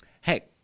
Hey